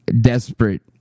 desperate